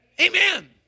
Amen